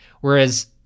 Whereas